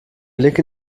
blick